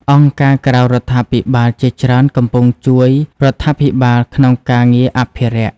អង្គការក្រៅរដ្ឋាភិបាលជាច្រើនកំពុងជួយរដ្ឋាភិបាលក្នុងការងារអភិរក្ស។